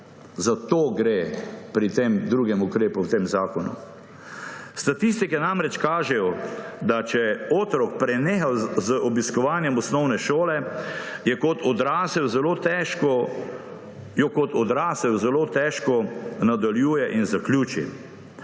Za to gre pri tem drugem ukrepu v tem zakonu. Statistike namreč kažejo, da če otrok preneha z obiskovanjem osnovne šole, jo kot odrasel zelo težko nadaljuje in zaključi.